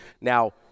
Now